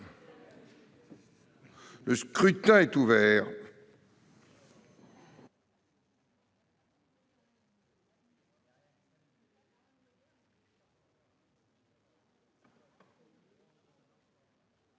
Le scrutin est ouvert.